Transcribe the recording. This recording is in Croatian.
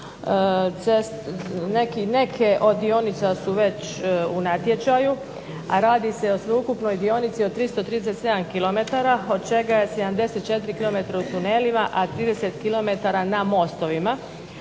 neke od dionica su već u natječaju, a radi se o sveukupnoj dionici od 337 kilometara, od čega je 74 kilometra u tunelima, a 30 kilometara na mostovima.